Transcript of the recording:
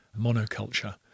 monoculture